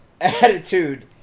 attitude